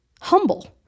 humble